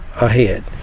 ahead